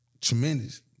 tremendous